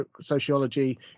sociology